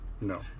No